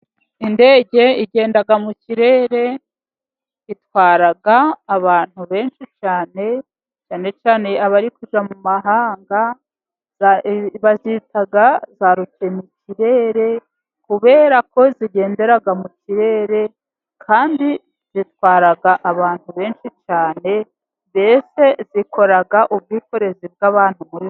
Indege igenda mu kirere, itwara abantu benshi cyane, cyane cyane abari kujya mu mahanga, bazita za rutemikirere kubera ko zigendera mu kirere, kandi zitwara abantu benshi cyane, mbese zikora ubwikorezi bw'abantu muri rusange.